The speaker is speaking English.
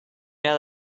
know